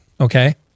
okay